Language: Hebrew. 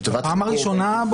בפעם הראשונה,